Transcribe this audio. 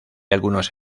algunos